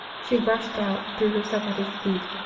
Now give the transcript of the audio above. she rushed out, threw herself at his feet,